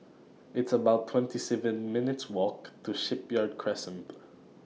It's about twenty seven minutes' Walk to Shipyard Crescent